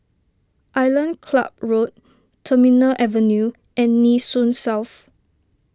Island Club Road Terminal Avenue and Nee Soon South